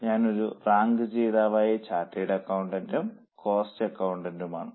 ഞാൻ ഒരു റാങ്ക് ജേതാവായ ചാർട്ടേഡ് അക്കൌണ്ടന്റ്റും കോസ്റ്റ് അക്കൌണ്ടന്റ്റും ആണ്